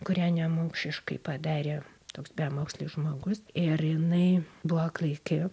kurią nemokšiškai padarė toks bemokslis žmogus ir jinai buvo klaiki